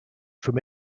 from